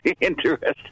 interesting